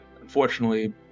unfortunately